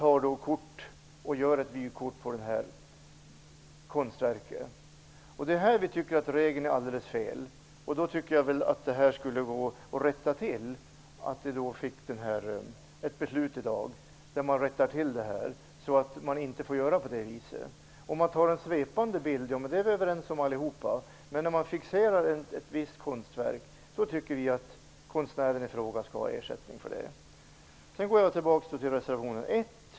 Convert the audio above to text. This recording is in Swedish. Vi tycker att regeln om avbildning av konstverk är alldeles felaktig när det gäller sådana här fall. Jag tycker att vi i dag skulle kunna besluta om att rätta till detta, så att sådan avbildning inte utan vidare blir tillåten. Vi är alla överens om vad som skall gälla beträffande en svepande översiktsbild, men när man på bilden fokuserar ett visst konstverk tycker jag att konstnären i fråga skall få ersättning. Jag går så tillbaka till reservation 1.